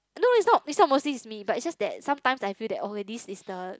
no it's not it's not mostly is me but it's just that sometimes I feel oh this is the